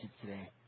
today